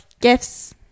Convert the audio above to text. gifts